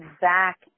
back